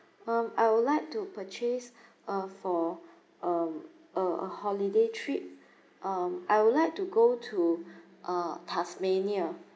um I would like to purchase uh for um a a holiday trip um I would like to go to uh tasmania